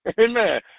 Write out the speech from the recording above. Amen